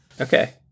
Okay